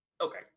Okay